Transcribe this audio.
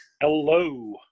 hello